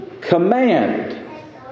command